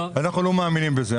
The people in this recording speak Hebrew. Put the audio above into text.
אנחנו לא מאמינים בזה.